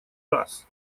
раз